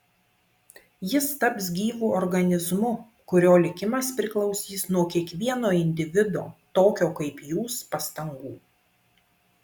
jis taps gyvu organizmu kurio likimas priklausys nuo kiekvieno individo tokio kaip jūs pastangų